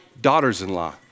daughters-in-law